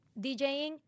DJing